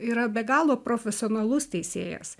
yra be galo profesionalus teisėjas